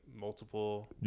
multiple